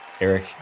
Eric